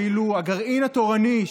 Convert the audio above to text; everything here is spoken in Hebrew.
ואילו הגרעין התורני,